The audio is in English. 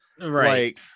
Right